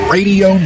Radio